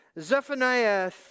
Zephaniah